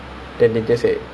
satu minggu jer